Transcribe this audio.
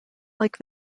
like